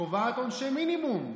קובעת עונשי מינימום,